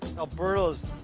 alberto is